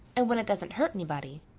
and when it doesn't hurt anybody?